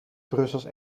brussels